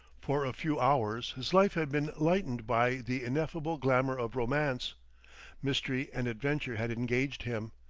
for a few hours his life had been lightened by the ineffable glamor of romance mystery and adventure had engaged him,